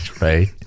right